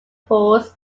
pools